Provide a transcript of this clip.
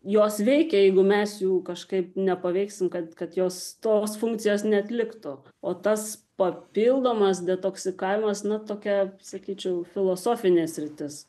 jos veikia jeigu mes jų kažkaip nepaveiksim kad kad jos tos funkcijos neatliktų o tas papildomas detoksikavimas na tokia sakyčiau filosofinė sritis